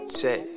Check